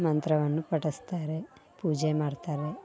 ಮಂತ್ರವನ್ನು ಪಠಿಸ್ತಾರೆ ಪೂಜೆ ಮಾಡ್ತಾರೆ